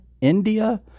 India